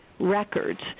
records